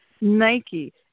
Nike